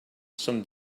some